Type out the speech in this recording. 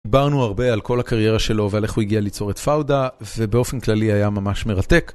דברנו הרבה על כל הקריירה שלו ועל איך הוא הגיע ליצור את פאודה ובאופן כללי היה ממש מרתק.